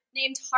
named